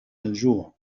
الجوع